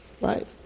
right